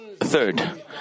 Third